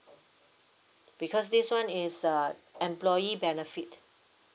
because this one is uh employee benefit